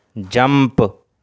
jump